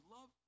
Love